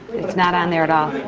it's not on there at all.